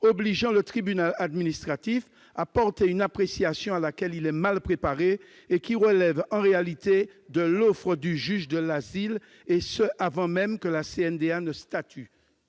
obligeant le tribunal administratif à porter une appréciation à laquelle il est mal préparé, et qui relève en réalité de l'offre du juge de l'asile, et ce, avant même que la CNDA ne statue.